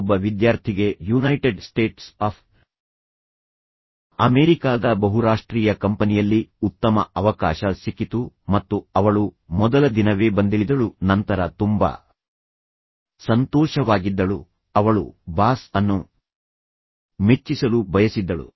ಒಬ್ಬ ವಿದ್ಯಾರ್ಥಿಗೆ United States of ಅಮೆರಿಕಾದ ಬಹುರಾಷ್ಟ್ರೀಯ ಕಂಪನಿಯಲ್ಲಿ ಉತ್ತಮ ಅವಕಾಶ ಸಿಕ್ಕಿತು ಮತ್ತು ಅವಳು ಮೊದಲ ದಿನವೇ ಬಂದಿಳಿದಳು ನಂತರ ತುಂಬಾ ಸಂತೋಷವಾಗಿದ್ದಳು ಅವಳು ಬಾಸ್ ಅನ್ನು ಮೆಚ್ಚಿಸಲು ಬಯಸಿದ್ದಳು